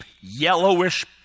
yellowish